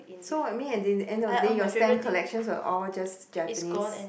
so what I mean in the end of the day your stamp collections were all just Japanese